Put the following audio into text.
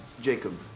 Jacob